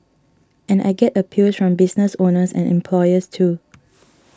and I get appeals from business owners and employers too